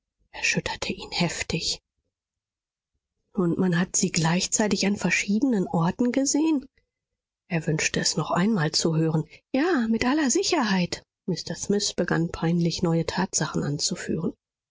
erschütterte ihn heftig und man hat sie gleichzeitig an verschiedenen orten gesehen er wünschte es noch einmal zu hören ja mit aller sicherheit mr smith begann peinlich neue tatsachen anzuführen